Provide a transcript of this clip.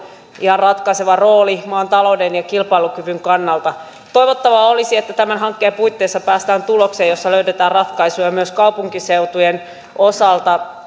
ihan ratkaiseva rooli maan talouden ja kilpailukyvyn kannalta toivottavaa olisi että tämän hankkeen puitteissa päästään tulokseen jossa löydetään ratkaisuja myös kaupunkiseutujen osalta